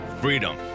Freedom